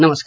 नमस्कार